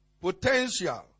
potential